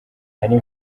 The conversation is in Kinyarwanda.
nari